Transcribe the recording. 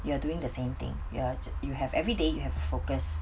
you are doing the same thing you're you have every day you have to focus